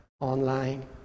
online